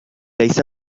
ليس